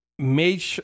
made